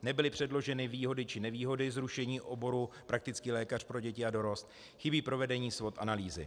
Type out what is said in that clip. Nebyly předloženy výhody či nevýhody zrušení oboru praktický lékař pro děti a dorost, chybí provedení SWOT analýzy.